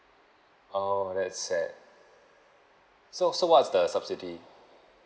oh that's sad so so what's the subsidy